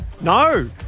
No